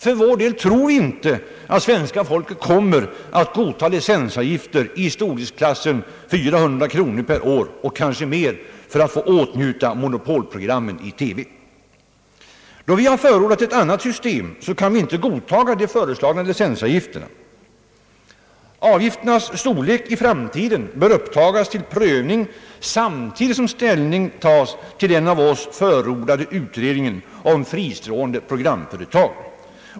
För vår del tror vi inte, att svenska folket kommer att godta licensavgifter i storleksklassen 400 kronor per år och kanske mer för att få åtnjuta monopolprogrammen i TV. Då vi har förordat ett annat system, kan vi inte godta de föreslagna licensavgifterna. Avgifternas storlek i framtiden bör upptas till prövning samtidigt som ställning tas till det av oss framlagda förslaget om utredning av fristående programföretag.